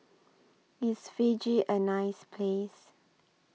IS Fiji A nice Place